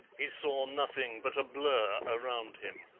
he saw nothing but a blur around him.